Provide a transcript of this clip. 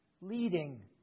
leading